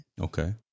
Okay